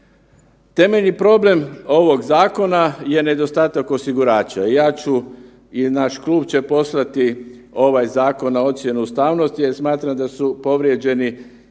Temeljni problem ovog zakona je nedostatak osigurača. Ja ću i naš klub će poslati ovaj zakon na ocjenu ustavnosti jer smatram da su povrijeđeni,